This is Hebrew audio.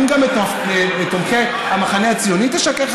האם גם את תומכי המחנה הציוני תשקר,